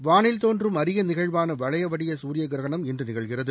வானில் தோன்றும் அரிய நிகழ்வான வளைய வடிவ சூரிய கிரகணம் இன்று நிகழ்கிறது